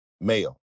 male